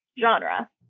genre